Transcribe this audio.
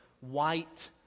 white